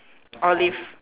olive